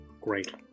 Great